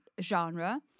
genre